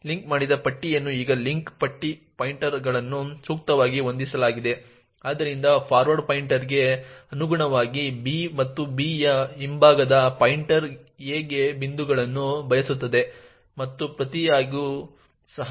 link ಮಾಡಿದ ಪಟ್ಟಿಯನ್ನು ಈಗ ಲಿಂಕ್ ಪಟ್ಟಿ ಪಾಯಿಂಟರ್ಗಳನ್ನು ಸೂಕ್ತವಾಗಿ ಹೊಂದಿಸಲಾಗಿದೆ ಆದ್ದರಿಂದ ಫಾರ್ವರ್ಡ್ ಪಾಯಿಂಟರ್ಗೆ ಅನುಗುಣವಾಗಿ b ಮತ್ತು b ಯ ಹಿಂಭಾಗದ ಪಾಯಿಂಟರ್ a ಗೆ ಬಿಂದುಗಳನ್ನು ಬಯಸುತ್ತದೆ ಮತ್ತು ಪ್ರತಿಯಾಗಿಯೂ ಸಹ